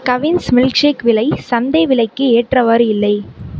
Cavin's milkshake விலை சந்தை விலைக்கு ஏற்றவாறு இல்லை